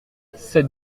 cette